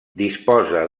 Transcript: disposa